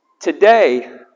Today